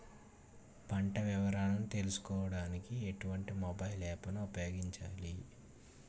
పంట వివరాలు తెలుసుకోడానికి ఎటువంటి మొబైల్ యాప్ ను ఉపయోగించాలి?